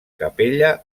capella